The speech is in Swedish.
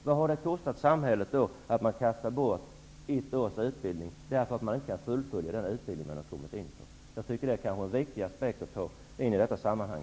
Vad har det kostat samhället att man kastar bort ett års utbildning, för att man inte kan fullfölja den utbildning man har kommit in på? Jag tycker att det är en viktig aspekt i detta sammanhang.